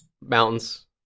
mountains